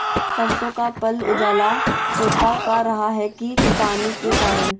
सरसो का पल उजला होता का रहा है की कीटाणु के करण?